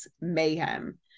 mayhem